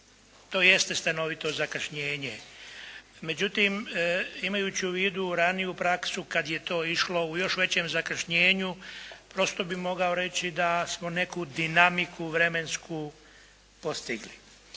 to jeste stanovito zakašnjenje. Međutim, imajući u vidu raniju praksu kad je to išlo u još većem zakašnjenju prosto bih mogao reći da smo neku dinamiku vremensku postigli.